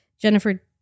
Jennifer